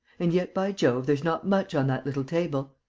and yet, by jove, there's not much on that little table!